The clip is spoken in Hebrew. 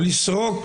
לסרוק